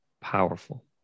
powerful